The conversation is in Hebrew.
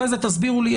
אחר כך תסבירו לי.